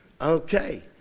Okay